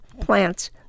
Plants